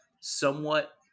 somewhat